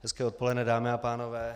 Hezké odpoledne, dámy a pánové.